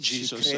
Jesus